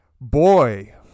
boy